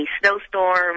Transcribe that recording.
snowstorm